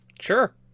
Sure